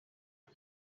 uko